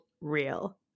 real